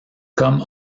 comme